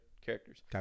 characters